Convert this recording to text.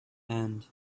and